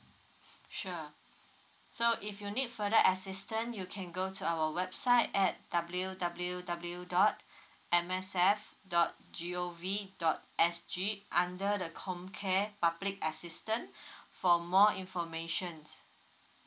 sure so if you need further assistant you can go to our website at W W W dot M S F dot G O V dot S G under the COMCARE public assistant for more information